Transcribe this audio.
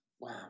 wow